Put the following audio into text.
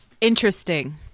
Interesting